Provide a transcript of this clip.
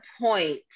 point